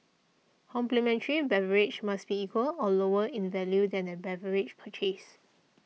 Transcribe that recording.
complimentary beverage must be equal or lower in value than beverage purchased